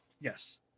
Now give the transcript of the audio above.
Yes